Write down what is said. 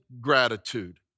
gratitude